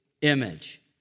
image